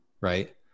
right